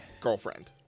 girlfriend